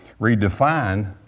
redefine